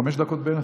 עוד חמש דקות בערך?